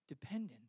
Dependent